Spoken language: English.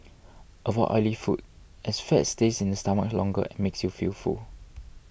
avoid oily foods as fat stays in the stomach longer and makes you feel full